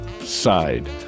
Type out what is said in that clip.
side